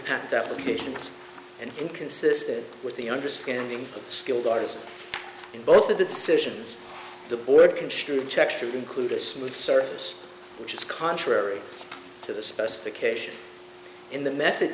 patients and inconsistent with the understanding skilled artist in both of the decisions the board construe checks to include a smooth surface which is contrary to the specification in the method